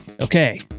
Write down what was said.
Okay